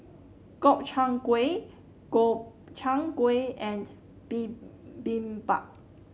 Gobchang Gui Gobchang Gui and Bibimbap